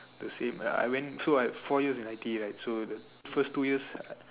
the same I I went so I four years in I_T_E right so the first two years